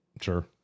Sure